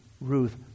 Ruth